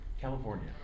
California